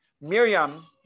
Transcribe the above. Miriam